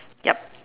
yup